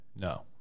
no